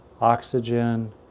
oxygen